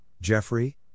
Jeffrey